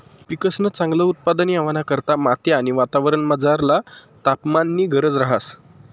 पिकंसन चांगल उत्पादन येवाना करता माती आणि वातावरणमझरला तापमाननी गरज रहास